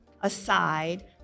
aside